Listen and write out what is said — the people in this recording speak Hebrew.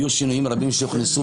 יהיו שינויים רבים שהוכנסו,